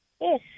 Yes